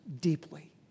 deeply